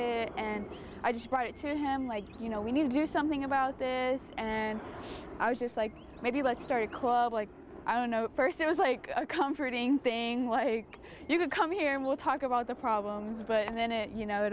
it and i just brought it to him like you know we need to do something about this and i was just like maybe let's start a quad like i don't know first it was like a comforting thing you could come here and we'll talk about the problems but then it you know